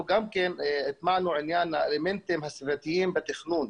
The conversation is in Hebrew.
אנחנו גם הטמענו עניין האלמנטים הסביבתיים בתכנון.